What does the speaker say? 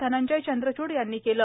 धनंजय चंद्रचूड यांनी केले